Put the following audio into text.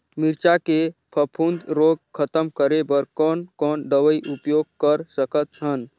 मिरचा के फफूंद रोग खतम करे बर कौन कौन दवई उपयोग कर सकत हन?